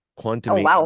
Quantum